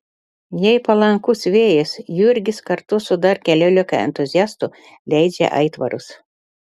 jei palankus vėjas jurgis kartu su dar keliolika entuziastų leidžia aitvarus